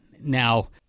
Now